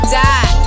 die